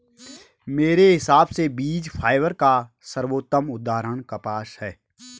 मेरे हिसाब से बीज फाइबर का सर्वोत्तम उदाहरण कपास है